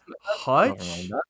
Hutch